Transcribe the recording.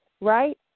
right